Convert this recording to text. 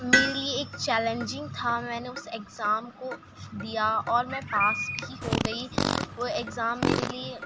میرے لیے ایک چیلنجنگ تھا میں نے اس اگزام کو دیا اور میں پاس بھی ہو گئی وہ اگزام میرے لیے